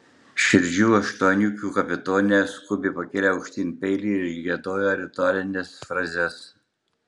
širdžių aštuoniukių kapitonė skubiai pakėlė aukštyn peilį ir išgiedojo ritualines frazes